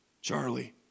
Charlie